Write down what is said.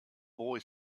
boy